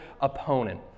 opponent